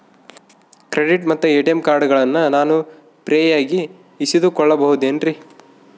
Credit ಮತ್ತ ATM ಕಾರ್ಡಗಳನ್ನ ನಾನು ಫ್ರೇಯಾಗಿ ಇಸಿದುಕೊಳ್ಳಬಹುದೇನ್ರಿ?